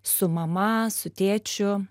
su mama su tėčiu